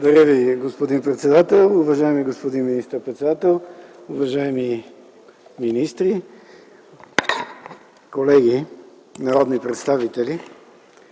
Ви, господин председател. Уважаеми господин министър-председател, уважаеми министри, колеги народни представители!